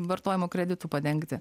vartojimo kreditų padengti